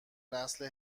نسل